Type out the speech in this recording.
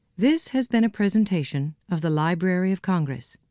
this has been a presentation of the library of congress.